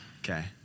Okay